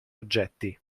oggetti